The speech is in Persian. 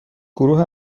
گروه